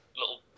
little